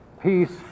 peace